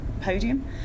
podium